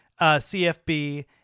CFB